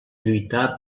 lluitar